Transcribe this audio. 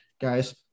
guys